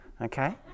okay